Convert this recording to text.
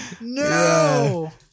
no